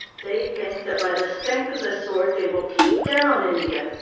they think that by the strength of the sword they will keep down india!